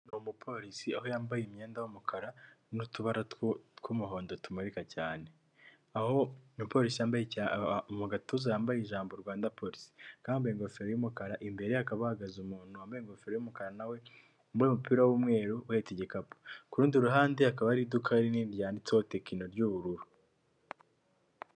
Umupolisi aho yambaye imyenda y'umukara n'utubara tw'umuhondo tumurika cyane aho umupolisi yambaye mu gatuza yambaye ijambo Rwanda polisi akaba yambaye ingofero y'umukara imbere ye hakaba hahagaze umuntu wambaye ingofero y'umukara nawe wambaye umupira w'umweru uhetse igikapu, ku rundi ruhande hakaba hari iduka rinini ryanditseho tekino ry'ubururu.